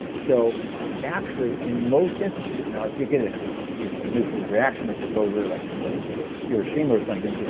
so actually, in most instances, now if you get a you know nuclear reaction exposure like like hiroshima or something,